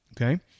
Okay